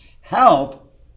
help